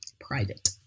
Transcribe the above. private